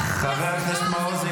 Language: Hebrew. להטמיע ------ חבר הכנסת מעוז,